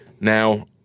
Now